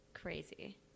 crazy